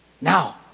Now